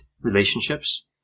relationships